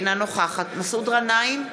אינה נוכחת מסעוד גנאים,